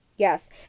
Yes